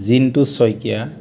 Jintu Saikia